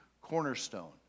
cornerstone